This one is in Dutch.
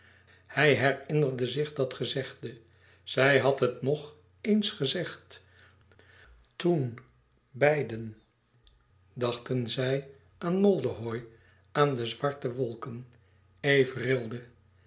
hij herinnerde zich dat gezegde zij had het nog éens gezegd toen beiden dachten zij aan moldehoï aan de zwarte wolken eve rilde